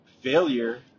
Failure